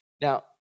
Now